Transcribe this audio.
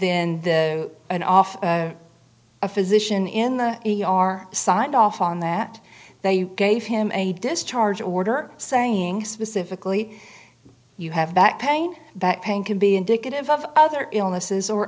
then the and off a physician in the e r signed off on that they gave him a discharge order saying specifically you have back pain that pain can be indicative of other illnesses or